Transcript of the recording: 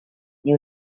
new